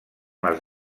les